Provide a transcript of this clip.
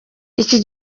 iki